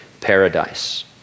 paradise